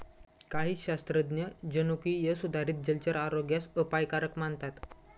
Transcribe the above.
काही शास्त्रज्ञ जनुकीय सुधारित जलचर आरोग्यास अपायकारक मानतात